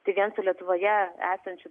tai vien su lietuvoje esančių